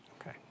Okay